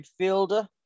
midfielder